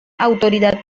autoridad